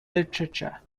literature